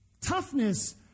Toughness